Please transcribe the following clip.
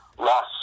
lost